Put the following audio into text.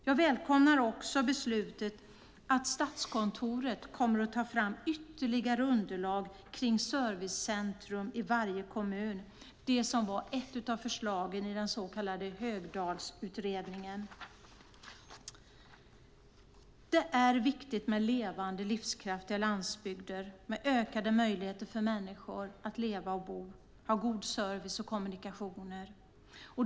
Jag välkomnar också beslutet att Statskontoret kommer att ta fram ytterligare underlag för servicecentrum i varje kommun. Det var ett av förslagen i den så kallade Högdahlsutredningen. Det är viktigt med levande, livskraftiga landsbygder med ökade möjligheter för människor att leva och bo, ha god service och kommunikationer.